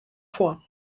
vor